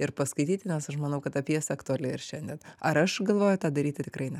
ir paskaityti nes aš manau kad ta pjesė aktuali ir šiandien ar aš galvoju tą daryti tikrai ne